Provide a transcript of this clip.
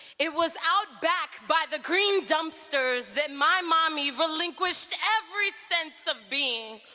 it was out back by the green dumpsters that my mommy relinquished every sense of being,